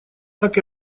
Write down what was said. так